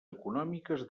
econòmiques